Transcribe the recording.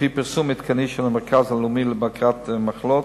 על-פי פרסום עדכני של המרכז הלאומי לבקרת מחלות,